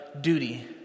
duty